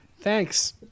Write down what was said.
Thanks